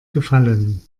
gefallen